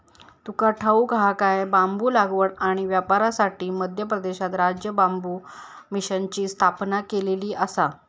तुका ठाऊक हा काय?, बांबू लागवड आणि व्यापारासाठी मध्य प्रदेशात राज्य बांबू मिशनची स्थापना केलेली आसा